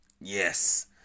Yes